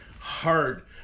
hard